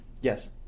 Yes